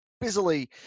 busily